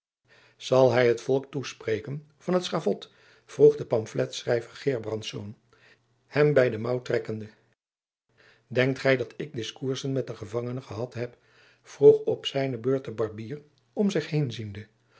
zal hy het volk toespreken van t schavot vroeg de pamfletschrijver gerbrandsz hem by de mouw trekkende denkt gy dat ik diskoersen met den gevangene gehad heb vroeg op zijne beurt de barbier om zich heen ziende